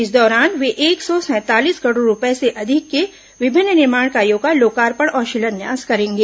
इस दौरान वे एक सौ सैंतालीस करोड़ रूपये से अधिक के विभिन्न निर्माण कार्यों का लोकार्पण और शिलान्यास करेंगे